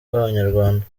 bw’abanyarwanda